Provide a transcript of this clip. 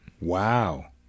Wow